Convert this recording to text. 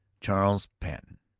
charles patten,